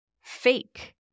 fake